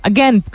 Again